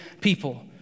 people